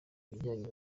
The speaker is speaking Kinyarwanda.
ibijyanye